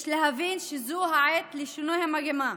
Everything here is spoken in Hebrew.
יש להבין שזו העת לשינוי המגמה,